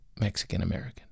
Mexican-American